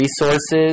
resources